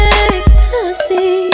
ecstasy